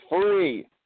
free